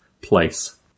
place